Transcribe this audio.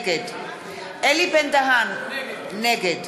נגד אלי בן-דהן, נגד